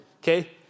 Okay